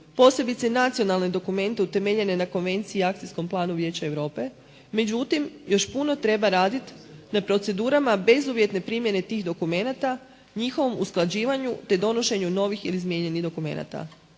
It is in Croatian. posebice nacionalne dokumente utemeljene na konvenciji i akcijskom planu Vijeća Europe, međutim još puno treba raditi na procedurama bezuvjetne primjene tih dokumenata, njihovom usklađivanju te donošenju novih ili izmijenjenih dokumenta